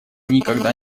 никогда